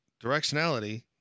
directionality